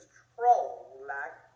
troll-like